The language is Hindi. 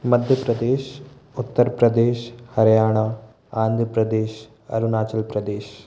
मध्य प्रदेश उत्तर प्रदेश हरियाणा आंध्र प्रदेश अरुणाचल प्रदेश